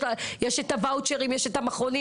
יש גם את הוואוצ'רים ויש את המכונים.